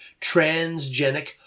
transgenic